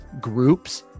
groups